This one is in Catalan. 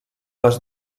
les